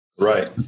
Right